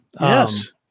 Yes